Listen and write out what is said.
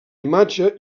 imatge